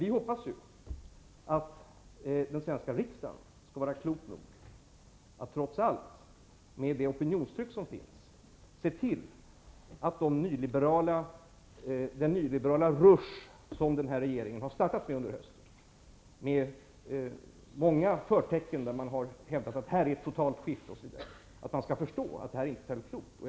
Vi hoppas ju att den svenska riksdagen skall vara klok nog att -- mot bakgrund av det opinionstryck som finns -- förstå att det inte var särskilt klokt av regeringen att starta med den nyliberala rusch som förekom under hösten, när man i många sammanhang hävdade att det var fråga om ett totalt skifte, osv.